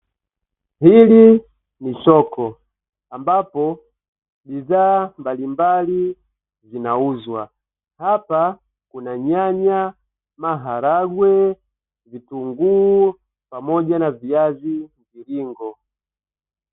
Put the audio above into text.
Hili ni soko ambapo, bidhaa mbalimbali zinauzwa. Hapa kuna; nyanya, maharagwe, vitunguu pamoja na viazi mviringo.